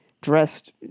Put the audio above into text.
dressed